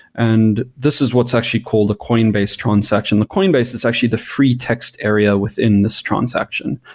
and this is what's actually called a coinbase transaction the coinbase is actually the free text area within this transaction.